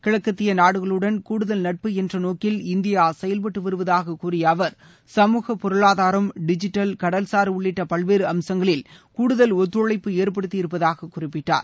கிழக்கத்திய நாடுகளுடன் கூடுதல் நட்பு என்ற நோக்கில் இந்தியா செயவ்பட்டு வருவதாக கூறிய அவர் சமூகப் பொருளாதாரம் டிஜிட்டல் கடல்சார் உள்ளிட்ட பல்வேறு அம்சங்களில் கூடுதல் ஒத்துழைப்பு ஏற்படுத்தியிருப்பதாக குறிப்பிட்டார்